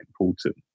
important